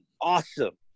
awesome